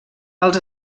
els